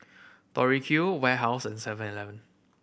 Tori Q Warehouse and Seven Eleven